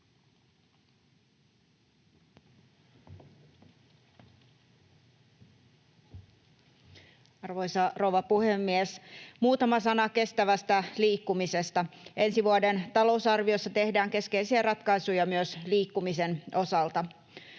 Arvoisa rouva puhemies! Muutama sana kestävästä liikkumisesta. Ensi vuoden talousarviossa tehdään keskeisiä ratkaisuja myös liikkumisen osalta.